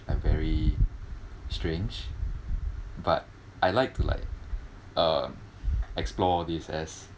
are very strange but I like to like uh explore this as